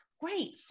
great